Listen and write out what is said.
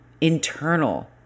internal